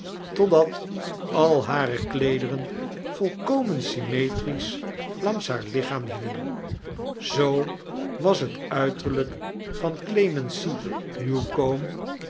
totdat al hare kleederen volkoxnen symetriseh langs haar lichaam hingm zoo was het uiterlijk van clemency n